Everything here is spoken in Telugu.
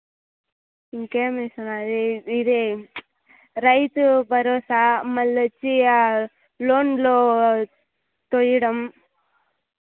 ఇంకేమిస్తున్నారు రైతు భరోసా మళ్ళీ వచ్చి లోన్లో తొయ్యడం